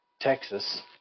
Texas